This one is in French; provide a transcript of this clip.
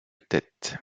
tête